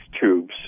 tubes